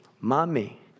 Mommy